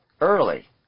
early